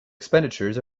expenditures